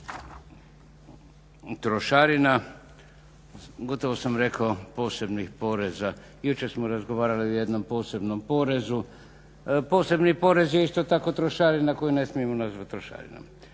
trošarina. Gotovo sam rekao posebnih poreza. Jučer smo razgovarali o jednom posebnom porezu. Posebni porez je isto tako trošarina koju ne smijemo nazvati trošarinom